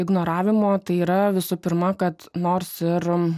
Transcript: ignoravimo tai yra visų pirma kad nors ir